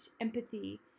empathy